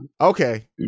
Okay